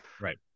Right